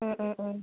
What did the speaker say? ആ ആ ആ